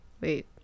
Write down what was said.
wait